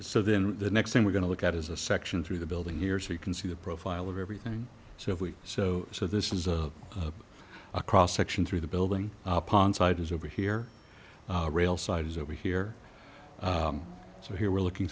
so then the next thing we're going to look at is a section through the building here so you can see the profile of everything so if we so so this is a cross section through the building upon side is over here rail side is over here so here we're looking